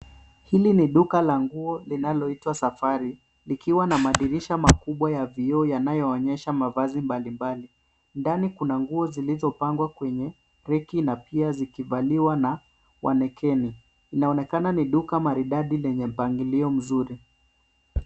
Hili ni duka la nguo linaloitwa safari likiwa na madirisha makubwa ya vioo inayoonyesha manguo mbalimbali. Ndani kuna nguo zilizopangwa kwenye reki na pia zikivaliwa na waelekeeni. Inaonekana ni duka maridadi lenye mpangilio mzuri.